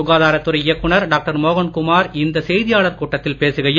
சுகாதாரத் துறை இயக்குநர் டாக்டர் மோகன் குமார் இந்த செய்தியாளர் கூட்டத்தில் பேசுகையில்